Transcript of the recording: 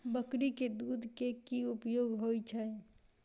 बकरी केँ दुध केँ की उपयोग होइ छै?